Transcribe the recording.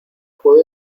puedo